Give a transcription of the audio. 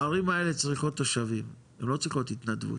הערים האלו צריכות תושבים, הם לא צריכות התנדבות.